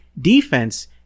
defense